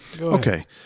okay